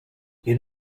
you